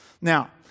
Now